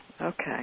Okay